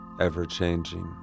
ever-changing